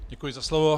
Děkuji za slovo.